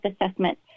assessment